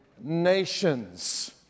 nations